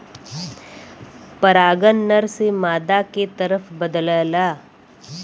परागन नर से मादा के तरफ बदलला